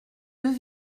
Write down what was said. deux